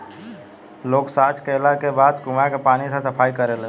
लोग सॉच कैला के बाद कुओं के पानी से सफाई करेलन